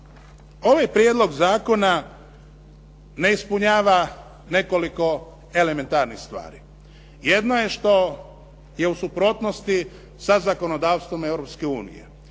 ovaj prijedlog zakona ne ispunjava nekoliko elementarnih stvari. Jedno je što je u suprotnosti sa zakonodavstvom